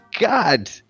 God